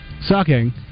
sucking